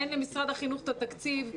אין למשרד החינוך את התקציב,